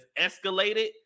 escalated